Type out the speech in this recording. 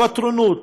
הפטרונות,